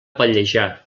pallejà